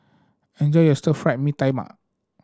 enjoy your Stir Fried Mee Tai Mak